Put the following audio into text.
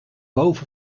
both